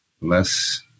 less